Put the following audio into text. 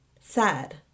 Sad